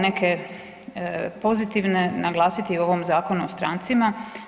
Neke pozitivne, naglasiti u ovom Zakonu o strancima.